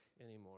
anymore